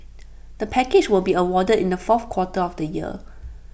the package will be awarded in the fourth quarter of the year